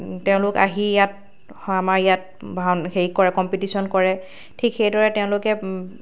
তেওঁলোক আহি ইয়াত আমাৰ ইয়াত ভাও হেৰি কৰে কম্পিটিশ্যন কৰে ঠিক সেইদৰে তেওঁলোকে